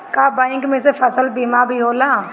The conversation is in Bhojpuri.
का बैंक में से फसल बीमा भी होला?